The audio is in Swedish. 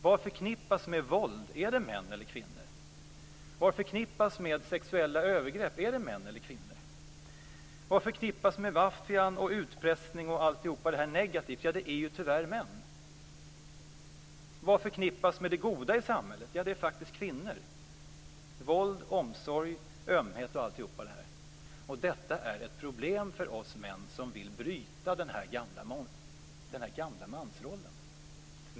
Vad förknippas med våld? Är det män eller kvinnor? Vad förknippas med sexuella övergrepp? Är det män eller kvinnor? Vad förknippas med maffian, utpressning och allt det som är negativt? Ja, det är tyvärr män. Vad förknippas med det goda i samhället? Ja, det är kvinnor. Vård, omsorg, ömhet och allt detta förknippas med kvinnor. Detta är ett problem för oss män som vill bryta den gamla mansrollen.